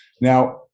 now